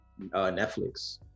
netflix